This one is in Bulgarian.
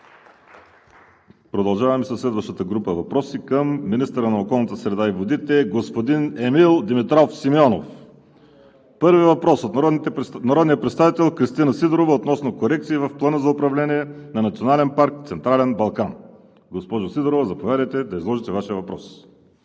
Продължаваме със следващата група въпроси към министъра на околната среда и водите – господин Емил Димитров Симеонов. Първият въпрос е от народния представител Кристина Сидорова относно корекции в плана за управление на Национален парк „Централен Балкан“. Госпожо Сидорова, заповядайте да изложите Вашия въпрос.